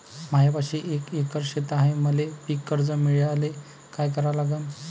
मायापाशी एक एकर शेत हाये, मले पीककर्ज मिळायले काय करावं लागन?